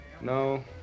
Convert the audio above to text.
No